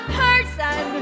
person